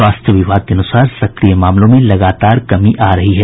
स्वास्थ्य विभाग के अनुसार सक्रिय मामलों में लगातार कमी आ रही है